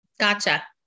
gotcha